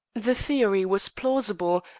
the theory was plausible,